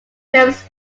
films